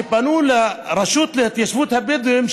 כשפנו לרשות להתיישבות הבדואים,